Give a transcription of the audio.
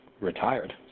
retired